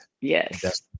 yes